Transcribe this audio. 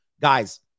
guys